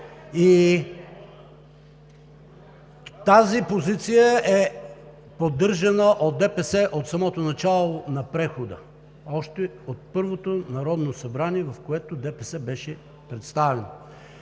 Тази позиция е поддържана от ДПС от самото начало на прехода – още от първото Народно събрание, в което ДПС беше представено,